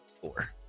four